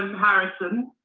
um harrison.